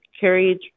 carried